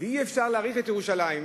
ואי-אפשר להעריך את ירושלים,